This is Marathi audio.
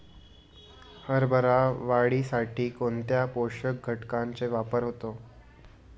हरभरा वाढीसाठी कोणत्या पोषक घटकांचे वापर होतो?